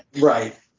Right